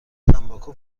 تنباکو